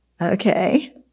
Okay